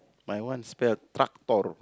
my one spare a tractor